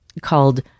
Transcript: called